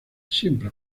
siempre